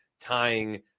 tying